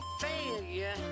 failure